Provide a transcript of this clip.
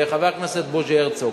חבר הכנסת בוז'י הרצוג,